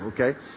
okay